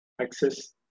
access